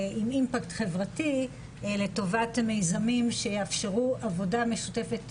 עם אימפקט חברתי לטובת מיזמים שיאפשרו עבודה משותפת